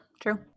True